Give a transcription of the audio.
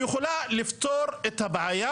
שיכולה לפתור את הבעיה,